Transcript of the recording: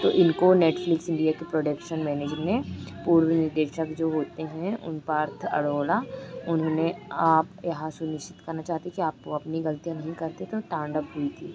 तो इनको Netflix India के प्रोडक्शन मैनेजर ने पूर्व निर्देशक जो होते हैं उनपार्थ अड़ाेड़ा उन्होंने आप यहाँ से निश्चित करना चाहते कि आप वह अपनी ग़लतियाँ नहीं करते तो तांडव हुई थी